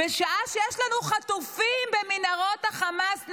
בשעה שיש לנו חטופים נמקים במנהרות החמאס,